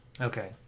Okay